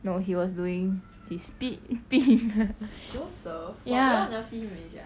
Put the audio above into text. no he was doing his beep thing ya